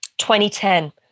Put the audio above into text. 2010